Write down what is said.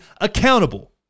accountable